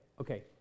okay